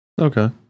Okay